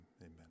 amen